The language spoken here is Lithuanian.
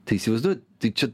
tai įsivaizduojat tai čia